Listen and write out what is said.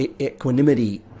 equanimity